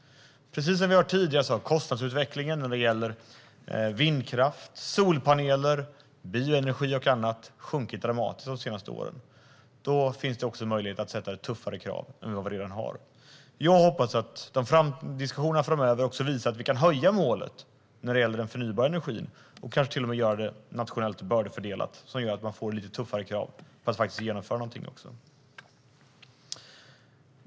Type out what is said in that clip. Precis som vi har hört tidigare har kostnadsutvecklingen när det gäller vindkraft, solpaneler, bioenergi och annat sjunkit dramatiskt de senaste åren. Då finns det också möjlighet att sätta tuffare krav än de som redan finns. Jag hoppas att diskussionerna framöver också kommer att visa att vi kan höja målet för den förnybara energin och få en nationell bördefördelning med tuffare krav så att något också genomförs.